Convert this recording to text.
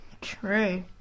True